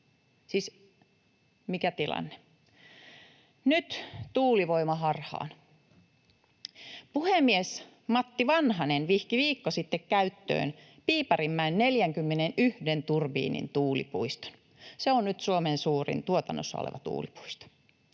Siis mikä tilanne! Nyt tuulivoimaharhaan. Puhemies Matti Vanhanen vihki viikko sitten käyttöön Piiparinmäen 41 turbiinin tuulipuiston. Se on nyt Suomen suurin tuotannossa oleva tuulipuisto.